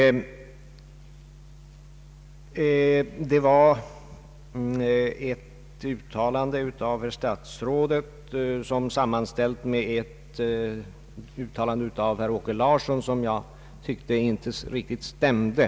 Jag tyckte emellertid att ett uttalande av herr statsrådet sammanställt med ett uttalande av herr Åke Larsson inte riktigt stämde.